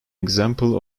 example